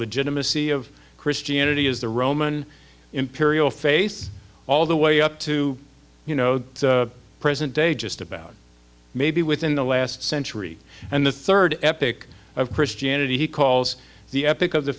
legitimacy of christianity is the roman imperial face all the way up to you know the present day just about maybe within the last century and the third epic of christianity he calls the epic of the